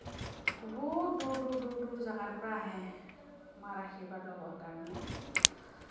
বহুত দূৰ দূৰ দূৰ দূৰ জাগাৰ পৰা আহে মাৰ আশীৰ্বাদ ল'বৰ কাৰণে